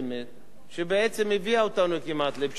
שבעצם הביאה אותנו כמעט לפשיטת רגל,